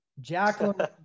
jacqueline